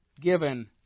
given